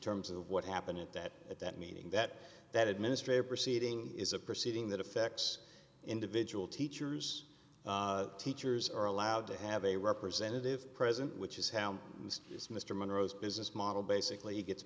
terms of what happened at that at that meeting that that administrative proceeding is a proceeding that affects individual teachers teachers are allowed to have a representative present which is how this mr monroe's business model basically gets